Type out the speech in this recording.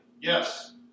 Yes